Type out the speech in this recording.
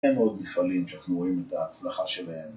אין עוד מפעלים שאנחנו רואים את ההצלחה שלהם